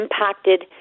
impacted